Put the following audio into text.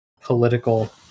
political